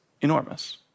enormous